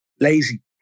lazy